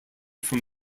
from